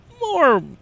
more